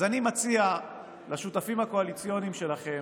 אז אני מציע לשותפים הקואליציוניים שלכם,